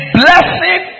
blessing